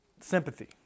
sympathy